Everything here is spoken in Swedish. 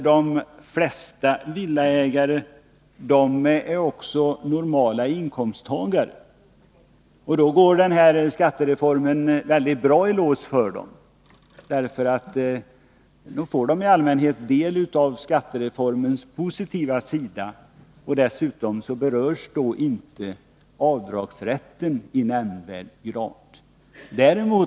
De flesta villaägare är också normalinkomsttagare, och då går skattereformen bra i lås för dem. De får i allmänhet del av skattereformens positiva sida, och dessutom berörs inte avdragsrätten i nämnvärd grad.